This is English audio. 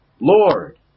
Lord